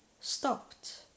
stopped